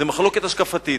זו מחלוקת השקפתית,